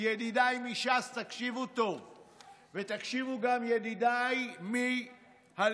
ידידיי מש"ס תקשיבו טוב ותקשיבו גם ידידיי מהליכוד,